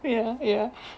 ya ya